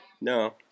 No